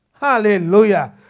Hallelujah